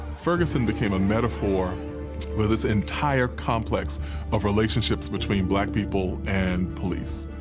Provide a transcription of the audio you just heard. ferguson became a metaphor for this entire complex of relationships between black people and police,